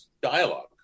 dialogue